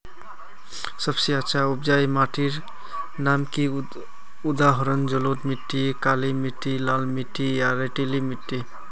सबसे अच्छा उपजाऊ माटिर नाम की उदाहरण जलोढ़ मिट्टी, काली मिटटी, लाल मिटटी या रेतीला मिट्टी?